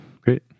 great